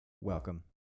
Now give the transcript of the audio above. welcome